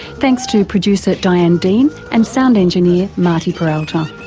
thanks to producer diane dean and sound engineer marty peralta.